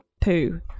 poo